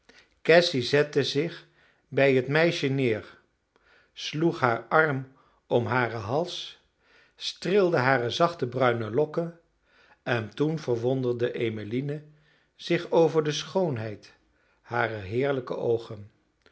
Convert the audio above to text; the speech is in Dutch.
cassy zette zich bij het meisje neer sloeg haar arm om haren hals streelde hare zachte bruine lokken en toen verwonderde emmeline zich over de schoonheid harer heerlijke oogen